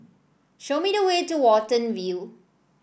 show me the way to Watten View